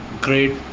great